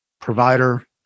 provider